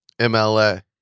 MLA